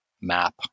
map